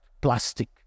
plastic